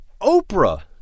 Oprah